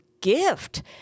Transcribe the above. gift